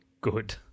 good